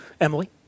Emily